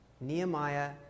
Nehemiah